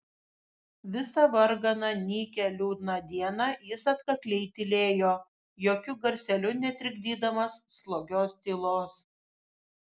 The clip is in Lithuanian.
visą varganą nykią liūdną dieną jis atkakliai tylėjo jokiu garseliu netrikdydamas slogios tylos